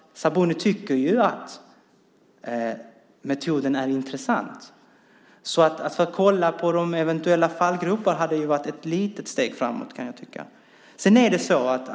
Sabuni tycker ju att metoden är intressant. Att kolla på de eventuella fallgroparna hade varit ett litet steg framåt, kan jag tycka.